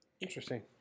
Interesting